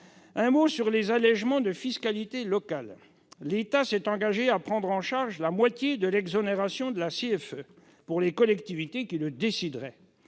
un mot sur les allégements de fiscalité locale. L'État s'est engagé à prendre en charge la moitié de l'exonération de la CFE pour les collectivités qui le décideraient.